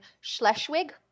schleswig